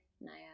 naya